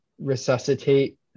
resuscitate